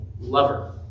lover